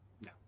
No